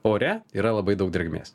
ore yra labai daug drėgmės